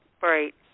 Right